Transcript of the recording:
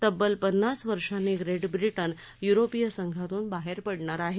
तब्बल पन्नास वर्षांनी ग्रेट ब्रिटन युरोपीय संघातून बाहेर पडणार आहे